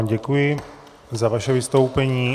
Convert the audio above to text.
Děkuji vám za vaše vystoupení.